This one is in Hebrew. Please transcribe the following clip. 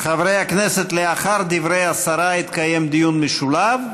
חברי הכנסת, לאחר דברי השרה יתקיים דיון משולב.